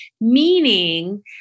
meaning